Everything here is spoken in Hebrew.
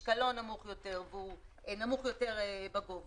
משקלו נמוך יותר והוא נמוך יותר בגובה,